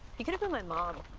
you could've been my mom.